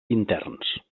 interns